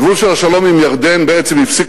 הגבול של השלום עם ירדן בעצם הפסיק